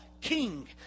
king